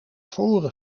voren